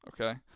okay